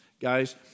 Guys